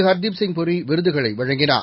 ஹர்தீப் சிங் பூரி விருதுகளை வழங்கினார்